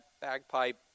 bagpipe